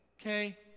okay